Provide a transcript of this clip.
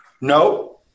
No